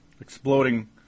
exploding